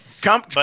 Come